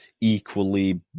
equally